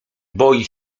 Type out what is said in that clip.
boi